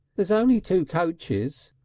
there's only two coaches.